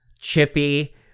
chippy